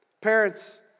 Parents